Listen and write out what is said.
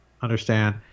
Understand